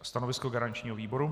Stanovisko garančního výboru?